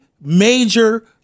major